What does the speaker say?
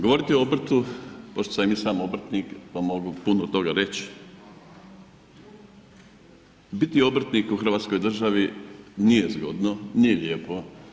Govoriti o obrtu pošto sam i sam obrtnik pa mogu puno toga reć, biti obrtnik u Hrvatskoj državi nije zgodno, nije lijepo.